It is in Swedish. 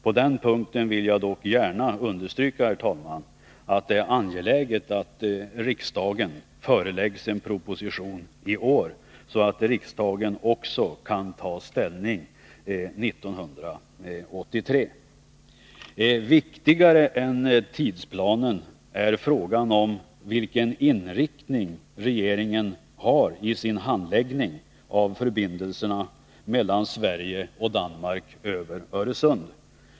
På den punkten vill jag dock gärna understryka, herr talman, att det är angeläget att riksdagen föreläggs en proposition i år, så att riksdagen också kan ta ställning 1983. Viktigare än tidsplanen är vilken inriktning regeringen har i sin handläggning av frågan om förbindelserna mellan Sverige och Danmark över Öresund.